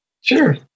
sure